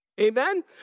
Amen